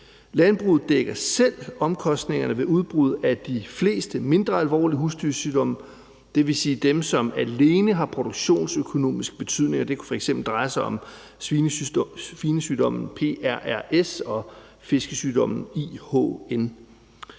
Landbruget dækker selv omkostningerne ved udbrud af de fleste mindre alvorlige husdyrsygdomme, dvs. dem, som alene har produktionsøkonomisk betydning; det kunne f.eks. dreje sig om svinesygdommen PRRS og fiskesygdommen IHN.